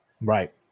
Right